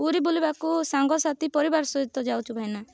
ପୁରୀ ବୁଲିବାକୁ ସାଙ୍ଗସାଥୀ ପରିବାର ସହିତ ଯାଉଛୁ ଭାଇନା